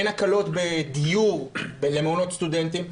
אין הקלות בדיור למעונות סטודנטים,